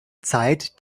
zeit